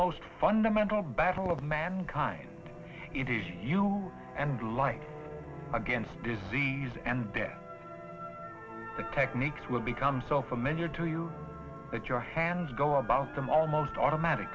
most fundamental battle of mankind it is you and light against disease and death the techniques will become so familiar to you that your hands go about them almost automatic